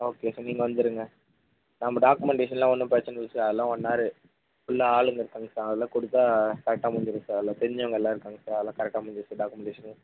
okay sir நீங்கள் வந்துடுங்க நம்ம டாக்குமெண்டேஷன்லாம் ஒன்றும் பிரச்சனை இல்லை சார் அதெல்லாம் ஒன் ஆரு ஃபுல்லாக ஆளுங்க இருக்காங்க சார் அதல்லாம் கொடுத்தா கரெக்டாக முடிஞ்சுடும் சார் எல்லாம் தெரிஞ்சவங்க எல்லாம் இருக்காங்க சார் அதல்லாம் கரெக்டாக முடிஞ்சுடும் சார் டாக்குமண்டேஷனு